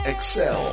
Excel